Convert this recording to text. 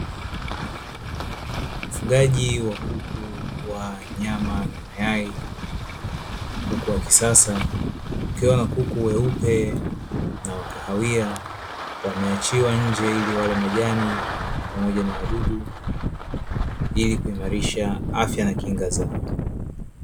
Mfugaji wa kuku wa nyama na mayai, kuku wa kisasa kukiwa na kuku weupe na kahawia, wameachiwa nje ili wale majani pamoja na wadudu, ili kuimarishe afya na kinga zao.